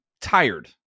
tired